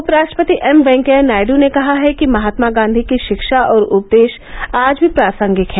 उपराष्ट्रपति एम वेंकैया नायडू ने कहा है कि महात्मा गांधी की शिक्षा और उपदेश आज भी प्रासंगिक हैं